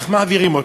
איך מעבירים אותו?